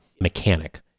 mechanic